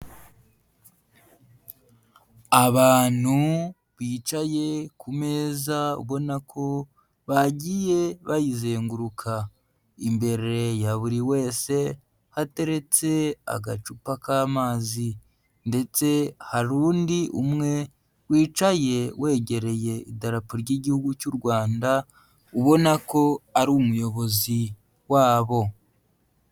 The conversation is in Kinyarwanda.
Abantu bicaye ku meza ubona ko bagiye bayizenguruka. Imbere ya buri wese hateretse agacupa k'amazi ndetse hari undi umwe wicaye wegereye idarapo ry'igihugu cy'u Rwanda ubona ko ari umuyobozi wabo.